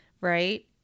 right